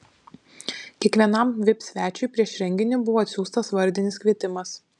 kiekvienam vip svečiui prieš renginį buvo atsiųstas vardinis kvietimas